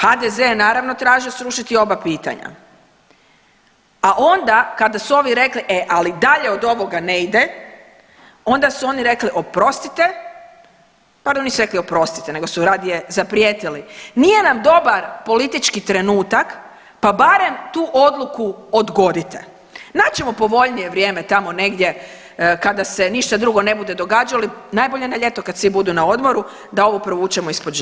HDZ je naravno tražio srušiti oba pitanja, a onda kada su ovi rekli e, ali dalje od ovoga ne ide, onda su oni rekli oprostite, pardon nisu rekli oprostite, nego su radije zaprijetili, nije nam dobar politički trenutak, pa barem tu odluku odgodite, naći ćemo povoljnije vrijeme tamo negdje kada se ništa drugo ne bude događalo i najbolje na ljeto kada svi budu na odmoru da ovo provučemo ispod žita.